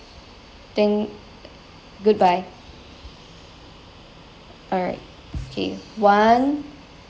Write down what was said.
thank goodbye alright okay one